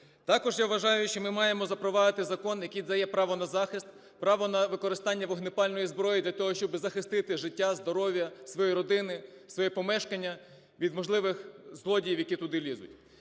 Також я вважаю, що ми маємо запровадити закон, який дає право на захист, право на використання вогнепальної зброї для того, щоб захистити своє життя, здоров'я своєї родини, своє помешкання від можливих злодіїв, які туди лізуть.